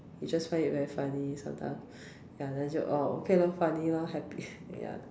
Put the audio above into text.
she just find it very funny sometimes ya then 就： jiu oh okay lor funny lor happy ya